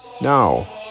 No